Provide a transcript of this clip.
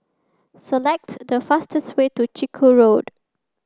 select the fastest way to Chiku Road